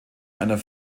einer